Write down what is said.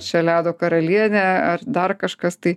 čia ledo karalienė ar dar kažkas tai